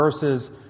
verses